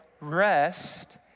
rest